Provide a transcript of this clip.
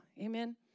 amen